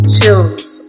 Chills